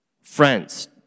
Friends